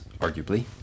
arguably